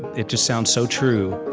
it just sounds so true,